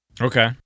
okay